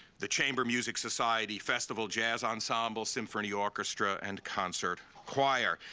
the chamber music society, festival jazz ensemble, symphony orchestra, and concert choir.